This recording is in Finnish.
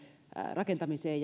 rakentamiseen